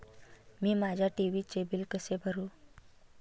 मी माझ्या टी.व्ही चे बिल कसे भरू?